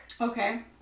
Okay